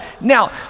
Now